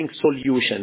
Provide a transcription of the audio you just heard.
solutions